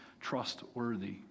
trustworthy